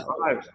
Five